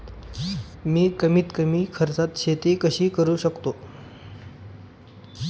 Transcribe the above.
मी कमीत कमी खर्चात शेती कशी करू शकतो?